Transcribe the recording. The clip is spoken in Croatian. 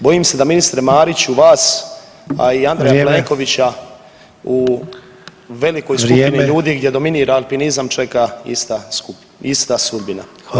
Bojim se da ministre Mariću vas, a i Andreja Plenkovića [[Upadica: Vrijeme.]] u velikoj skupini ljudi [[Upadica: Vrijeme.]] gdje dominira alpinizam čeka ista sudbina.